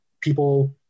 people